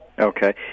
Okay